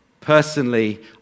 Personally